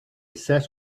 set